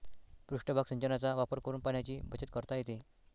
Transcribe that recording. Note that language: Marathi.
पृष्ठभाग सिंचनाचा वापर करून पाण्याची बचत करता येते